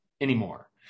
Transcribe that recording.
anymore